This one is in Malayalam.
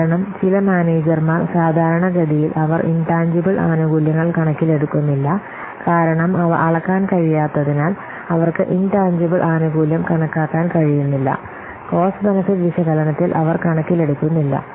കാരണം ചില മാനേജർമാർ സാധാരണഗതിയിൽ അവർ ഇൻടാൻജിബിൽ ആനുകൂല്യങ്ങൾ കണക്കിലെടുക്കുന്നില്ല കാരണം അവ അളക്കാൻ കഴിയാത്തതിനാൽ അവർക്ക് ഇൻടാൻജിബിൽ ആനുകൂല്യം കണക്കാക്കാൻ കഴിയുന്നില്ല കോസ്റ്റ് ബെനെഫിറ്റ് വിശകലനത്തിൽ അവർ കണക്കിലെടുക്കുന്നില്ല